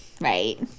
right